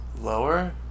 Lower